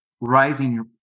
rising